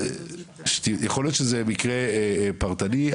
יכול להיות שזה מקרה פרטי,